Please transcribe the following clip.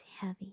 heavy